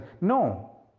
no